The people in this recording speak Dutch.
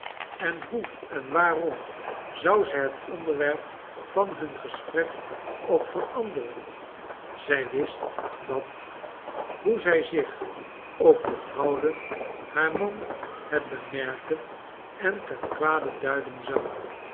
en hoe en waarom zou ze het onderwerp van hun gesprek ook veranderen zij wist dat hoe zij zich ook mocht houden haar man het bemerken en ten kwade duiden zou